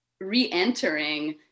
re-entering